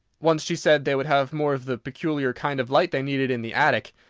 once she said they would have more of the peculiar kind of light they needed in the attic.